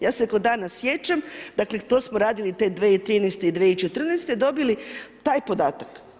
Ja se kao danas sjećam, dakle to smo radili te 2013. i 2014., dobili taj podatak.